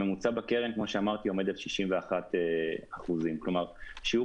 הממוצע בקרן כמו שאמרתי עומד על 61%. כלומר שיעור